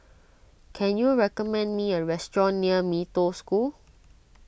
can you recommend me a restaurant near Mee Toh School